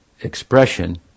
expression